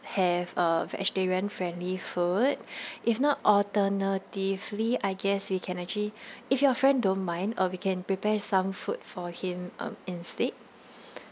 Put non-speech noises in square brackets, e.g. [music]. have a vegetarian friendly food [breath] if not alternatively I guess we can actually if your friend don't mind uh we can prepare some food for him um instead